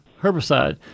herbicide